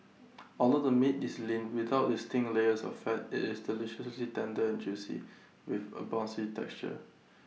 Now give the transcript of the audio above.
although the meat is lean without distinct layers of fat IT is deliciously tender and juicy with A bouncy texture